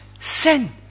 sin